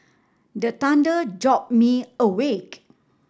the thunder jolt me awake